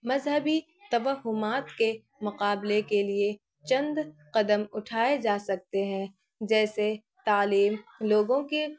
مذہبی توہمات کے مقابلے کے لیے چند قدم اٹھائے جا سکتے ہیں جیسے تعلیم لوگوں کے